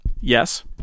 Yes